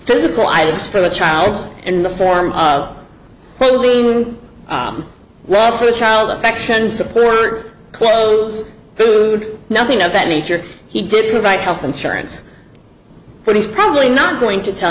physical items for the child in the form of welfare the child affection support clothes food nothing of that nature he did provide health insurance but he's probably not going to tell